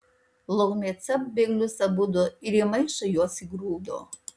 laumė capt bėglius abudu ir į maišą juos įgrūdo